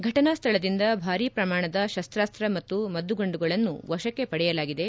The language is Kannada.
ಘಟನಾ ಸ್ವಳದಿಂದ ಭಾರೀ ಪ್ರಮಾಣದ ಶಸ್ತಾಸ್ತ ಮತ್ತು ಮದ್ದುಗುಂಡುಗಳನ್ನು ವಶಕ್ಷೆ ಪಡೆಯಲಾಗಿದೆ